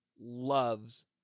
loves